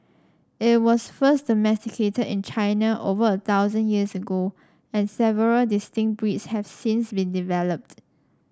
it was first domesticated in China over a thousand years ago and several distinct breeds have since been developed